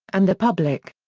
and the public.